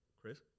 Chris